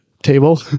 table